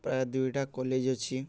ପ୍ରାୟ ଦୁଇଟା କଲେଜ ଅଛି